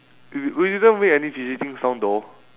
if you do this one won't have any fidgeting sound though